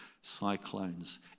cyclones